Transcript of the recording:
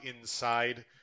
inside